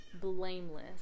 blameless